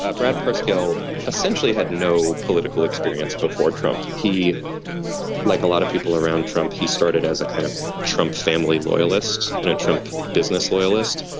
ah brad? preschool essentially had no political experience before trump. he like a lot of people around trump. he started as a kind of trump family loyalist in a trump business loyalist.